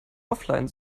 offline